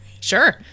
Sure